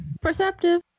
Perceptive